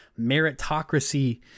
meritocracy